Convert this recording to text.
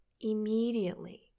immediately